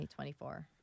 2024